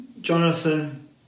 Jonathan